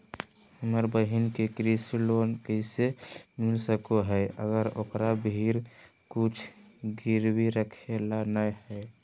हमर बहिन के कृषि लोन कइसे मिल सको हइ, अगर ओकरा भीर कुछ गिरवी रखे ला नै हइ?